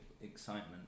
excitement